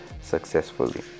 successfully